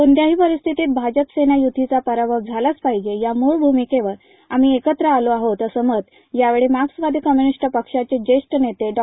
कोणत्याही परिस्थितीत भाजप सेना यूतीचा पराभव झालाचं पाहिजे या मूळ भूमिकेवर आम्ही एकत्र आलो आहोत असं मत यावेळी मार्क्सवादी कम्यूनिस्ट पक्षाचे जेष्ठ नेते डॉ